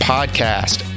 Podcast